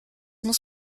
muss